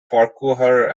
farquhar